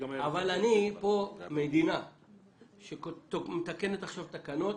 אבל כאן אני מדינה שמתקנת תקנות